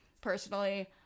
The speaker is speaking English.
personally